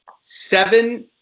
seven